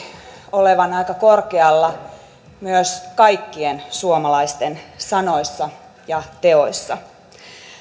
olevan aika korkealla myös kaikkien suomalaisten sanoissa ja teoissa